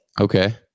Okay